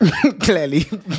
Clearly